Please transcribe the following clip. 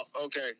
okay